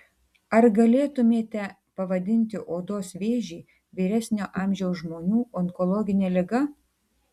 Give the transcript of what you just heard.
ar galėtumėte pavadinti odos vėžį vyresnio amžiaus žmonių onkologine liga